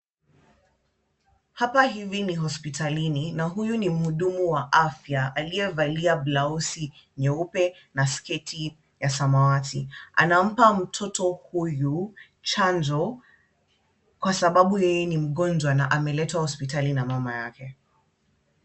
Hapa hivi ni hospitalini na huyu ni mhudumu wa afya aliyevalia blausi nyeupe na sketi ya samawati. Anampa mtoto huyu chanjo, kwa sababu yeye ni mgonjwa na ameletwa hospitali na mama yake.